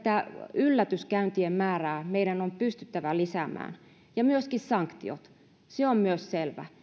yllätyskäyntien määrää meidän on pystyttävä lisäämään myöskin sanktiot se on myös selvä